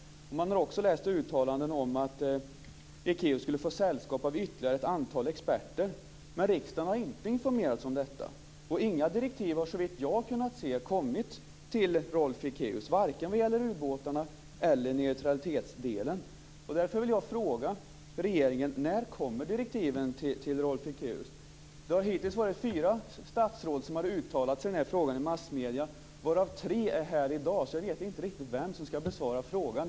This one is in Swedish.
Man har också kunnat läsa uttalanden om att Ekéus skulle få sällskap av ytterligare ett antal experter. Men riksdagen har inte informerats om detta, och inga direktiv har såvitt jag har kunnat se kommit till När kommer direktiven till Rolf Ekéus? Det har hittills varit fyra statsråd som har uttalat sig i den här frågan i massmedierna, varav tre är här i dag, så jag vet inte riktigt vem som ska besvara frågan.